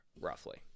roughly